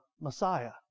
Messiah